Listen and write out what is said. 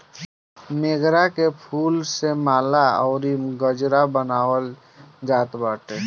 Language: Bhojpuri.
मोगरा के फूल से माला अउरी गजरा बनावल जात बाटे